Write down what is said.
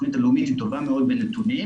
התוכנית הלאומית היא טובה מאוד בנתונים,